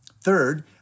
Third